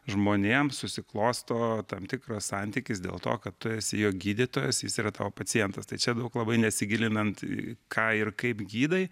žmonėm susiklosto tam tikras santykis dėl to kad tu esi jo gydytojas jis yra tavo pacientas tai čia daug labai nesigilinant į ką ir kaip gydai